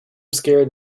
scared